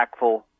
impactful